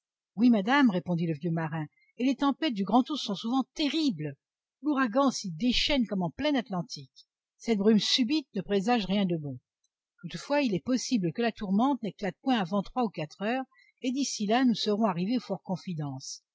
oui madame répondit le vieux marin et les tempêtes du grandours sont souvent terribles l'ouragan s'y déchaîne comme en plein atlantique cette brume subite ne présage rien de bon toutefois il est possible que la tourmente n'éclate point avant trois ou quatre heures et d'ici là nous serons arrivés